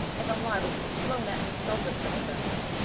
if i'm liable to be flown at and insulted in such a fashion.